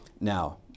Now